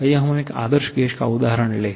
आइए हम एक आदर्श गैस का उदाहरण लें